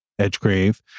Edgegrave